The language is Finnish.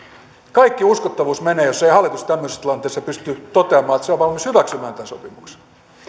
kaikki uskottavuus menee jos ei hallitus tämmöisessä tilanteessa pysty toteamaan että se on valmis hyväksymään tämän sopimuksen